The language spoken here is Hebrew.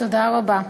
תודה רבה.